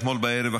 אתמול בערב,